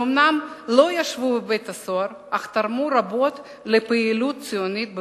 שאומנם לא ישבו בבית-סוהר אך תרמו רבות לפעילות הציונית בברית-המועצות.